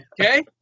Okay